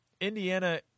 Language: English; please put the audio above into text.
Indiana